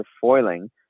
foiling